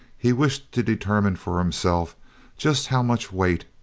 he wished to determine for himself just how much weight,